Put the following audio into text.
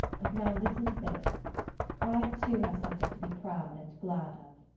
but now, listen to this i too have something to be proud and glad of.